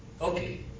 Okay